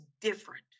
different